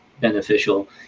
beneficial